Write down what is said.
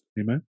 Amen